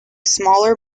smaller